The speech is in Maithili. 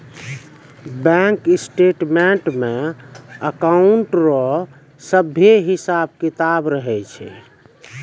बैंक स्टेटमेंट्स मे अकाउंट रो सभे हिसाब किताब रहै छै